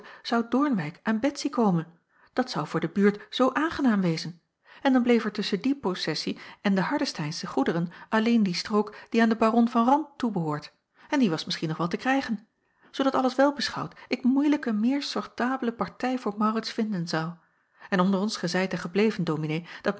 zou doornwijck aan betsy komen dat zou voor de buurt zoo aangenaam wezen en dan bleef er tusschen die possessie en de hardesteinsche goederen alleen die strook die aan den baron van rant toebehoort en die was misschien nog wel te krijgen zoodat alles wel beschouwd ik moeilijk een meer sortable partij voor maurits vinden zou en onder ons gezeid en gebleven dominee